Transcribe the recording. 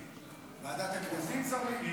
לוועדת הכספים.